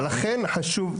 לכן חשוב,